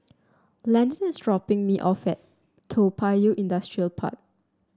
Landon is dropping me off at Toa Payoh Industrial Park